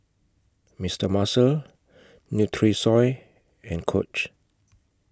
Mister Muscle Nutrisoy and Coach